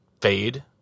fade